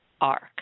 arc